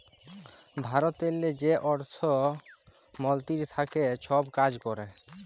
ভারতেরলে যে অর্থ মলতিরি থ্যাকে ছব কাজ ক্যরে